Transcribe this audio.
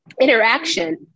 interaction